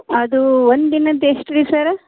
ಅದು ಒಂದಿನದ್ದು ಎಷ್ಟು ರೀ ಸರ್